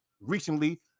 recently